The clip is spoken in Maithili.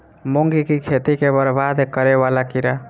मूंग की खेती केँ बरबाद करे वला कीड़ा?